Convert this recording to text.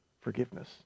forgiveness